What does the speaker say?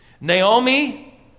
Naomi